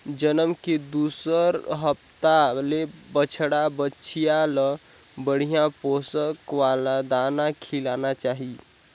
जनम के दूसर हप्ता ले बछवा, बछिया ल बड़िहा पोसक वाला दाना खिलाना चाही